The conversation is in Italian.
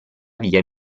via